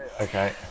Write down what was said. Okay